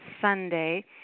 Sunday